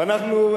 ואנחנו,